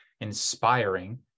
inspiring